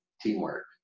teamwork